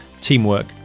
teamwork